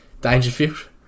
Dangerfield